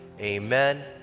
amen